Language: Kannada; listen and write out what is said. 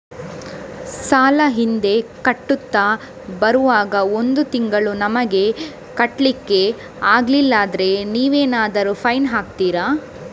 ಸಾಲ ಹಿಂದೆ ಕಟ್ಟುತ್ತಾ ಬರುವಾಗ ಒಂದು ತಿಂಗಳು ನಮಗೆ ಕಟ್ಲಿಕ್ಕೆ ಅಗ್ಲಿಲ್ಲಾದ್ರೆ ನೀವೇನಾದರೂ ಫೈನ್ ಹಾಕ್ತೀರಾ?